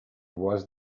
was